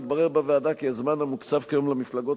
התברר בוועדה כי הזמן המוקצב כיום למפלגות